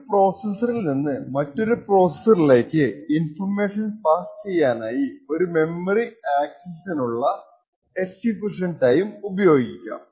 ഒരു പ്രോസസ്സിൽ നിന്ന് മറ്റൊരു പ്രോസസ്സിലേക്ക് ഇൻഫർമേഷൻ പാസ്സ് ചെയ്യാനായി ഒരു മെമ്മറി ആക്സസിനുള്ള എക്സിക്യൂഷൻ ടൈം ഉപയോഗിക്കാം